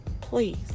Please